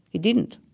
he didn't.